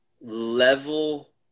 level